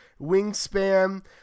wingspan